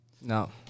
No